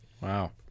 Wow